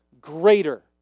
greater